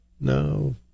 No